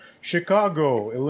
Chicago